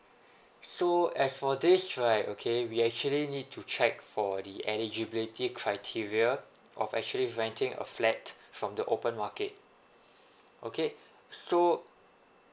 so as for this right okay we actually need to check for the eligibility criteria of actually renting a flat from the open market okay so